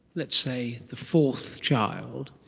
let's say the fourth child,